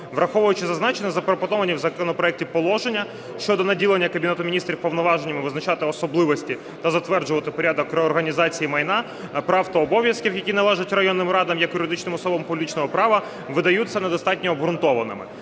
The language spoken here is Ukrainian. Враховуючи зазначене, запропоновані в законопроекті положення щодо наділення Кабінету Міністрів повноваженнями визначати особливості та затверджувати порядок реорганізації майна, прав та обов'язків, які належать районним радам як юридичним особам публічного права, видаються недостатньо обґрунтованими.